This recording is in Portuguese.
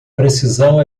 precisão